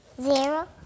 Zero